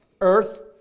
earth